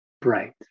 bright